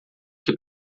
que